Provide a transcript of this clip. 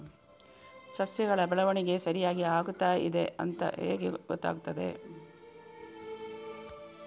ಸಸ್ಯಗಳ ಬೆಳವಣಿಗೆ ಸರಿಯಾಗಿ ಆಗುತ್ತಾ ಇದೆ ಅಂತ ಹೇಗೆ ಗೊತ್ತಾಗುತ್ತದೆ?